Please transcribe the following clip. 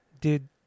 dude